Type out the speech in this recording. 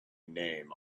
name